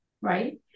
right